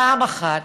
פעם אחת,